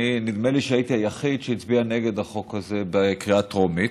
נדמה לי שהייתי היחיד שהצביע נגד החוק הזה בקריאה טרומית.